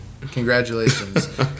Congratulations